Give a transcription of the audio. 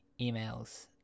emails